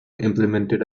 implemented